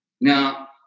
Now